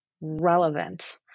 Relevant